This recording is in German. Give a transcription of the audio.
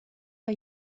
war